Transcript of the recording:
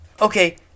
okay